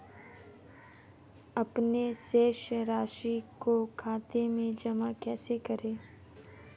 अपने शेष राशि को खाते में जमा कैसे करें?